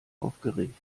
aufgeregt